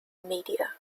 media